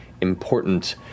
important